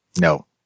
No